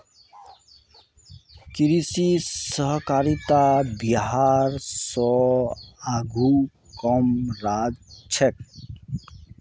कृषि सहकारितात बिहार स आघु कम राज्य छेक